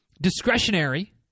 discretionary